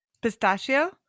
Pistachio